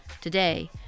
Today